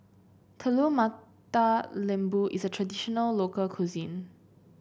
Telur Mata Lembu is a traditional local cuisine